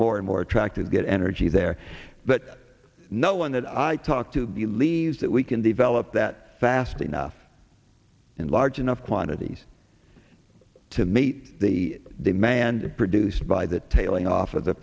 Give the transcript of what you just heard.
more and more attractive get energy there but no one that i talked to believes that we can develop that fast enough in large enough quantities to meet the demand produced by the tailing off of the